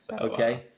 Okay